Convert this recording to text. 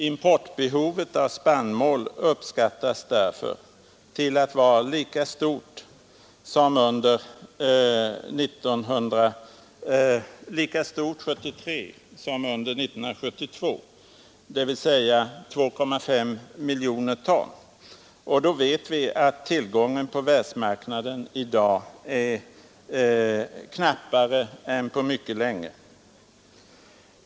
Importbehovet av spannmål uppskattas till att vara lika stort 1973 som under 1972, dvs. 2,5 miljoner ton, och då vet vi att tillgången på världsmarknaden i dag är knappare än på mycket länge.